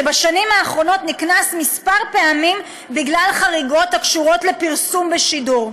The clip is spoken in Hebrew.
שבשנים האחרונות נקנס כמה פעמים בגלל חריגות הקשורות לפרסום בשידור,